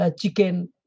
chicken